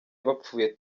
bapfuye